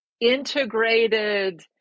integrated